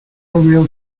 real